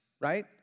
right